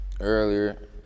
Earlier